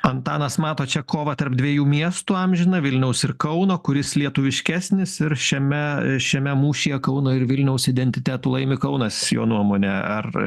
antanas mato čia kovą tarp dviejų miestų amžiną vilniaus ir kauno kuris lietuviškesnis ir šiame šiame mūšyje kauno ir vilniaus identitetų laimi kaunas jo nuomone ar